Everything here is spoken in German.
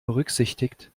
berücksichtigt